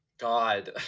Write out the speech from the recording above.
God